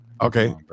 Okay